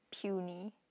puny